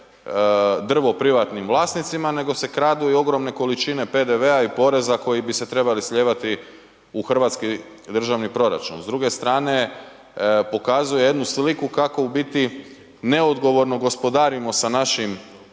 drvo privatnim vlasnicima nego se kradu i ogromne količine PDV-a i poreza koji bi se trebali slijevati u hrvatski državni proračun. S druge strane pokazuje jednu sliku kako u biti neodgovorno gospodarimo sa našim